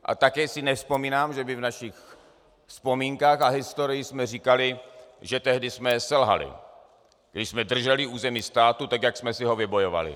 A také si nevzpomínám, že bychom v našich vzpomínkách a historii říkali, že tehdy jsme selhali, když jsme drželi území státu tak, jak jsme si ho vybojovali.